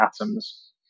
atoms